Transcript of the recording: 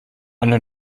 eine